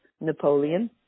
Napoleon